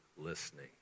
listening